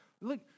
Look